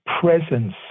presence